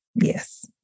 yes